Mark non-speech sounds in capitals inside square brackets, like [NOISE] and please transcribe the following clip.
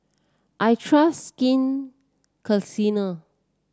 I trust Skin [UNINTELLIGIBLE]